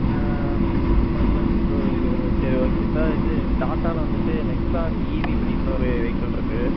பன்னெண்டு டூ ஒரு இருபது சரி ஓகே சார் இது டாட்டாவில் வந்துட்டு நெக்ஸான் ஈவி ப்ரைம்ன்னு ஒரு வெஹிக்கள் இருக்குது